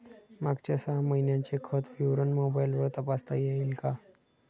मागच्या सहा महिन्यांचे खाते विवरण मोबाइलवर तपासता येईल का?